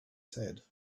said